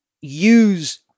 use